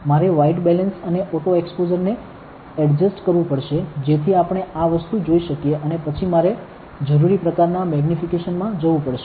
મારે white balance અને auto exposure ને એડજસ્ટ કરવું પડશે જેથી આપણે આ વસ્તુ જોઈ શકીએ અને પછી મારે જરૂરી પ્રકારના મેગનીફીકેશન માં જવું પડશે